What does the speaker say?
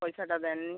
পয়সাটা দেননি